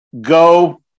go